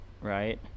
right